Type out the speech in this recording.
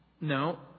No